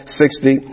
sixty